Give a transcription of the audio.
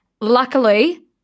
Luckily